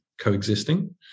coexisting